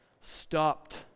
stopped